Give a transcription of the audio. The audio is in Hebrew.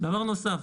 דבר נוסף,